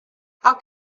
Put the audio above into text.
how